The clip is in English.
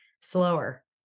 slower